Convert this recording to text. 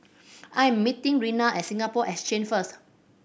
I'm meeting Reina at Singapore Exchange first